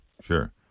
Sure